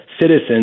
citizens